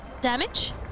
Damage